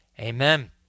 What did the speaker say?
Amen